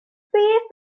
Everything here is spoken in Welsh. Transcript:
beth